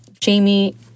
jamie